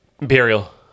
imperial